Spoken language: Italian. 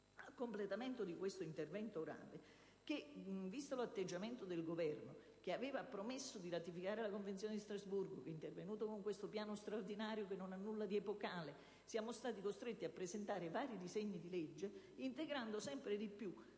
soltanto rimarcare che di fronte all'atteggiamento del Governo, che aveva promesso di ratificare la Convenzione di Strasburgo e che è intervenuto con un piano straordinario che non ha nulla di epocale, siamo stati costretti a presentare vari disegni di legge, integrando sempre più